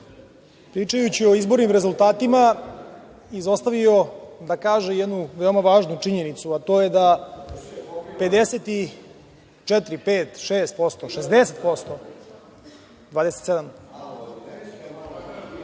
pričajući o izbornim rezultatima, izostavio da kaže jednu veoma važnu činjenicu, a to je da 54, pet, šest